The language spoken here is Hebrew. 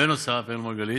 בנוסף, אראל מרגלית,